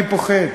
אני פוחד,